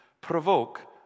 provoke